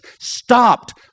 stopped